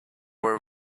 were